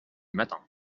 matin